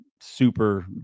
super